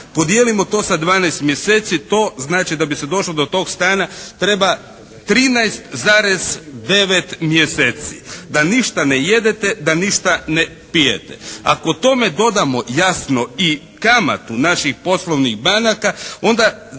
Podijelimo to sa 12 mjeseci. To znači, da bi se došlo do tog stana treba 13,9 mjeseci da ništa ne jedete, da ništa ne pijete. Ako tome dodamo jasno i kamatu naših poslovnih banaka onda